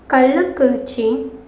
Kallakurichi